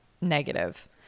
negative